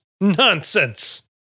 Nonsense